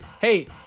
Hey